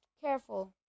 careful